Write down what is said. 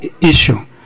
issue